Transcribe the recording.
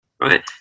right